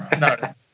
no